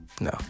No